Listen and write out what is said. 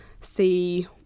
see